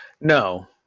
no